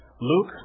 Luke